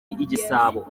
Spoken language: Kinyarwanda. igisabo